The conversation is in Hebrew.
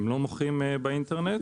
הם לא מוכרים באינטרנט,